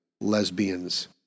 lesbians